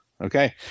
Okay